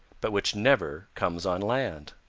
but which never comes on land.